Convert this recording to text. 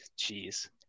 Jeez